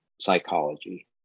psychology